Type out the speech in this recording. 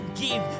give